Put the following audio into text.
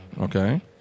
okay